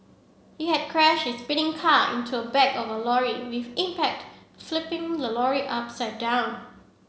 he had crashed his speeding car into a back of a lorry with impact flipping the lorry upside down